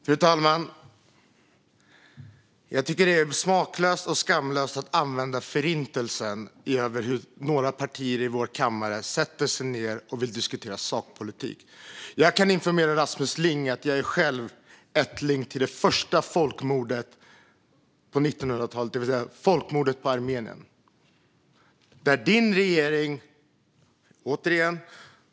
Fru talman! Jag tycker att det är smaklöst och skamlöst att använda Förintelsen i en diskussion om hur några partier i vår kammare sätter sig ned för att diskutera sakpolitik. Jag kan informera Rasmus Ling om att jag själv är ättling till överlevande från det första folkmordet på 1900-talet, det vill säga folkmordet på armenier.